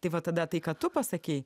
tai va tada tai ką tu pasakei